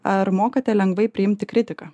ar mokate lengvai priimti kritiką